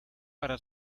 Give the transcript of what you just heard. para